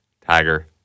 Tiger